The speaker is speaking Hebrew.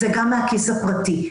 זה גם מהכיס הפרטי.